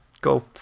Go